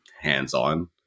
hands-on